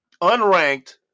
unranked